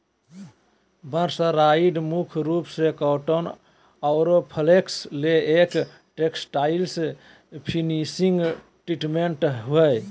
mercerised मुख्य रूप से कॉटन आरो फ्लेक्स ले एक टेक्सटाइल्स फिनिशिंग ट्रीटमेंट हई